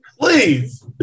Please